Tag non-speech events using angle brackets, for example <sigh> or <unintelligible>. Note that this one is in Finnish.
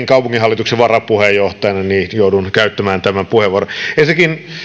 <unintelligible> kaupunginhallituksen varapuheenjohtajana joudun käyttämään tämän puheenvuoron ensinnäkin